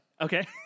Okay